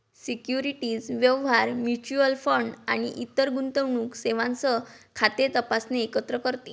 securities व्यवहार, mutual fund आणि इतर गुंतवणूक सेवांसह खाते तपासणे एकत्र करते